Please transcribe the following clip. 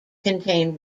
contain